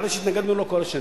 אחרי שהתנגדנו לו כל השנים.